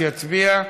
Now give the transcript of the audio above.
שיצביע.